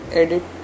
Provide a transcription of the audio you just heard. edit